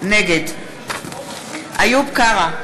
נגד איוב קרא,